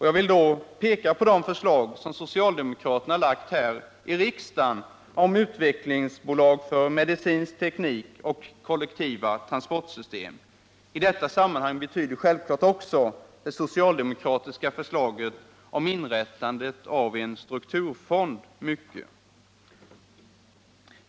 Jag vill då peka på förslag som socialdemokraterna lagt här i riksdagen om utvecklingsbolag för medicinsk teknik och kollektiva transportsystem. I detta sammanhang betyder självfallet också det socialdemokratiska förslaget om inrättande av en strukturfond mycket.